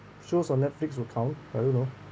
shows on Netflix will count I don't know